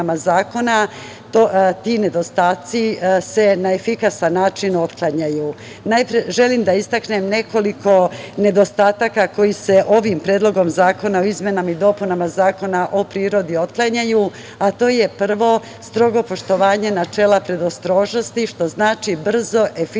ti nedostaci se na efikasan način otklanjaju. Želim da istaknem nekoliko nedostataka koji se ovim predlogom zakona izmenama i dopunama Zakona o prirodi otklanjaju, a to je prvo, strogo poštovanje načela predostrožnosti što znači brzo, efikasno